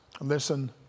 listen